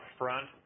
front